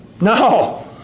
No